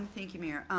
thank you mayor.